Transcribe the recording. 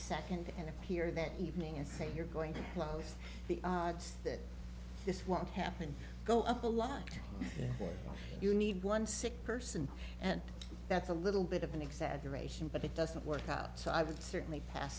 second and appear that evening and say you're going to close the odds that this won't happen go up a lot that you need one sick person and that's a little bit of an exaggeration but it doesn't work out so i would certainly pas